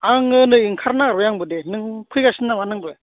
आङो नै ओंखारनो नादेरबाय आंबो दे नों फैगासिनो नामा नोंबो